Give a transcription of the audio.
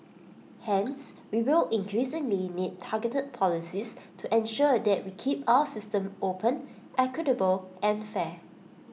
hence we will increasingly need targeted policies to ensure that we keep our system open equitable and fair